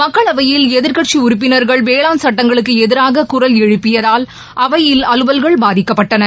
மக்களவையில் எதிர்கட்சி உறுப்பினர்கள் வேளாண் சுட்டங்களுக்கு எதிராக குரல் எழுப்பியதால் அவையில் அலுவல்கள் பாதிக்கப்பட்டன